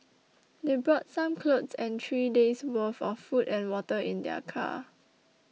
they brought some clothes and three days' worth of food and water in their car